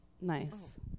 Nice